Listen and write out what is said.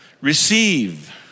receive